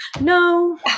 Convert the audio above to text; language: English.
No